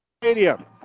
Stadium